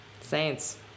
Saints